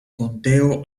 conteo